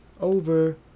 over